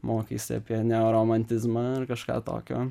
mokaisi apie neoromantizmą ar kažką tokio